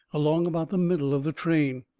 along about the middle of the train.